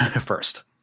first